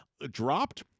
dropped